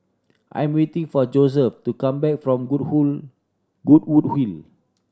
I'm waiting for Joseph to come back from Good who Goodwood Hill